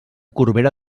corbera